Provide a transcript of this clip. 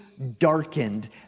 darkened